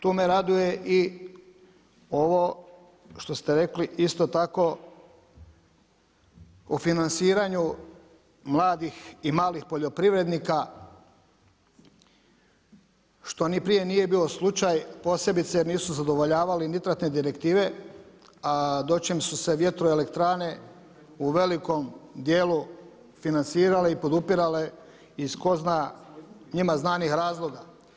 Tu me raduje i ovo što ste rekli, isto tako o financiranju mladih i malih poljoprivrednika što ni prije nije bio slučaj, posebice jer nisu zadovoljavali Nitratne direktive a a dočim su se vjetroelektrane u velikom djelu financirale i podupirale iz tko zna njima znanih razloga.